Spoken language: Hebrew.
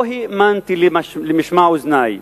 לא האמנתי למשמע אוזני.